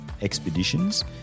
expeditions